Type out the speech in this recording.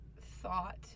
thought